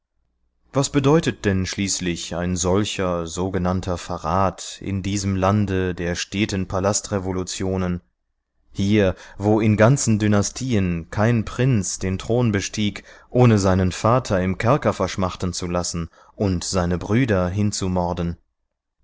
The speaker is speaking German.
was bedeutet denn schließlich ein solcher sogenannter verrat in diesem lande der steten palastrevolutionen hier wo in ganzen dynastien kein prinz den thron bestieg ohne seinen vater im kerker verschmachten zu lassen und seine brüder